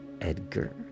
Edgar